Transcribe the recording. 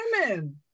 women